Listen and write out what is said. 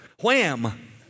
Wham